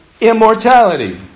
immortality